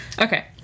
Okay